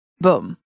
boom